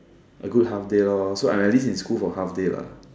a good half day lor so I'm at least in school for half day lah